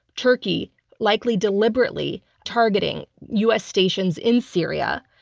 turkey likely deliberately targeting u. s. stations in syria.